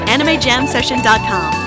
AnimeJamSession.com